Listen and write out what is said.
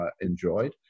enjoyed